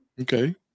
Okay